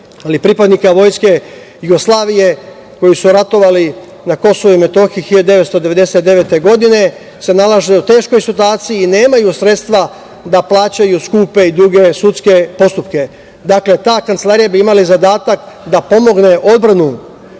ili pripadnika Vojske Jugoslavije, koji su ratovali na Kosovu i Metohiji 1999. godine se nalazi u teškoj situaciji i nemaju sredstva da plaćaju skupe i duge sudske postupke. Dakle, ta kancelarija bi imala za zadatak da pomogne odbranu